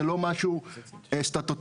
זה לא משהו סטטוטורי.